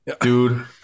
Dude